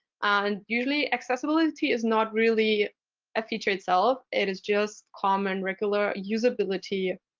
and usually accessibility is not really a feature itself. it is just common regular usability